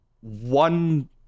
one